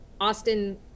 Austin